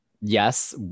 yes